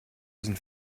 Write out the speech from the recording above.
sind